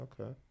Okay